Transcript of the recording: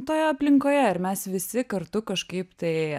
toje aplinkoje ir mes visi kartu kažkaip tai